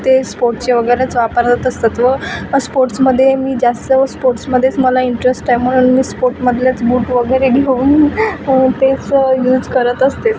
ते स्पोटचे वगैरेच वापरत असतात व स्पोट्समध्ये मी जास्त स्पोट्समध्येच मला इंटरेस्ट आहे म्हणून मी स्पोटमधलेच बूट वगैरे घेऊन तेच यूज करत असते